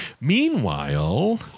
Meanwhile